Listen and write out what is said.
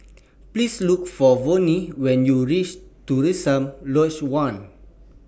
Please Look For Vonnie when YOU REACH Terusan Lodge one